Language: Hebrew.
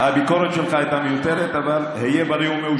היא כן גזענית ואתמול הייתה גזענית.